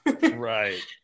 right